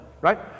right